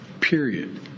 Period